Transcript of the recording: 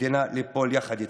המדינה ליפול יחד איתכם.